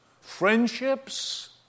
friendships